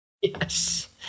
Yes